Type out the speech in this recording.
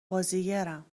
بازیگرم